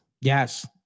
yes